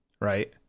right